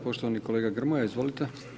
Poštovani kolega Grmoja izvolite.